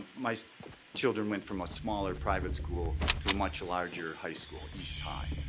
my children went from a smaller private school to a much larger high school, east high.